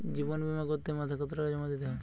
জীবন বিমা করতে মাসে কতো টাকা জমা দিতে হয়?